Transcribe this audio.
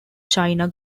china